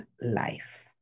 life